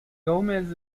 trademark